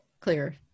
clear